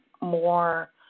more